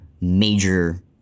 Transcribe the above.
major